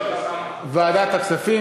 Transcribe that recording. דיון בוועדת הכספים?